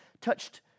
touched